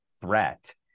threat